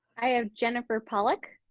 i have jennifer pollock.